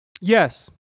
Yes